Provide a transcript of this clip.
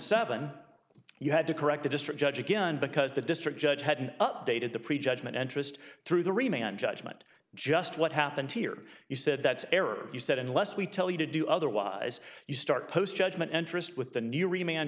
seven you had to correct the district judge again because the district judge hadn't updated the pre judgment interest through the remaining judgement just what happened here you said that's error you said unless we tell you to do otherwise you start post judgement interest with the new you remain